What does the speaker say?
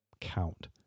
count